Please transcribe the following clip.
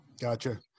gotcha